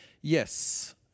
Yes